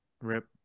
Rip